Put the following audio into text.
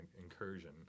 incursion